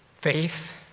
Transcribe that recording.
faith,